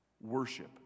Worship